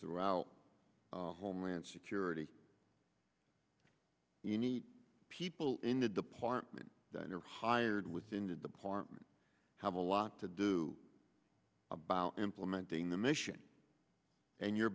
throughout homeland security you need people in the department you're hired within the department have a lot to do about implementing the mission and your